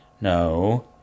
No